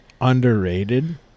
underrated